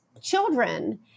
children